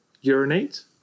urinate